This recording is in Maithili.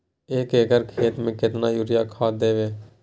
एक एकर खेत मे केतना यूरिया खाद दैबे?